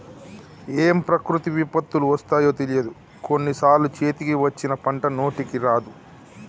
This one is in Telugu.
ఏం ప్రకృతి విపత్తులు వస్తాయో తెలియదు, కొన్ని సార్లు చేతికి వచ్చిన పంట నోటికి రాదు